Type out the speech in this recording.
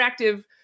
interactive